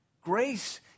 Grace